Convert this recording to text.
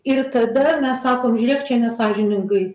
ir tada mes sakom žiūrėk čia nesąžiningai